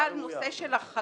נזקקו לאישור ועדת